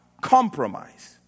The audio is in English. compromise